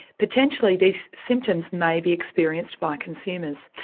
potentially these symptoms may be experienced by consumers.